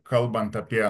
kalbant apie